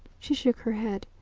she shook her head.